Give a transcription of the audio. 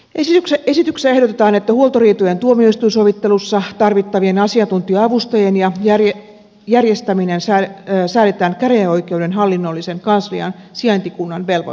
esityksessä ehdotetaan että huoltoriitojen tuomioistuinsovittelussa tarvittavien asiantuntija avustajien järjestäminen säädetään käräjäoikeuden hallinnollisen kanslian sijaintikunnan velvoitteeksi